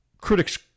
Critics